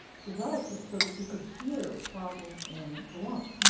developed it so that you could hear problems in the lung.